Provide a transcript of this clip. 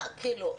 מה, כאילו,